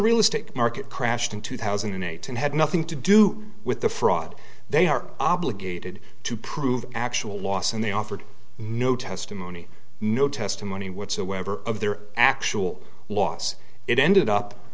real estate market crashed in two thousand and eight and had nothing to do with the fraud they are obligated to prove actual loss and they offered no testimony no testimony whatsoever of their actual loss it ended up